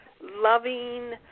loving